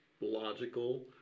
logical